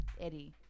Eddie